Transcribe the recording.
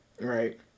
Right